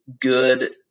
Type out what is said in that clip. good